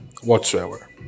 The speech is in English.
whatsoever